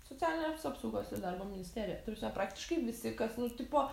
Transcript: socialinės apsaugos ir darbo ministeriją ta prasme praktiškai visi kas nu tipo